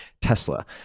Tesla